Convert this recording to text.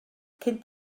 cyn